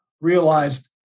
realized